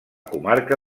comarca